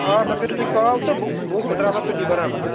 آ مےٚ کٔرِو تُہۍ کال تہٕ بہٕ بہٕ ترٛاوناو تٔتی بَرابَر